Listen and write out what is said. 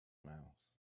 mouth